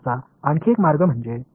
ஆனால் இது சுழலவில்லை